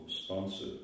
sponsor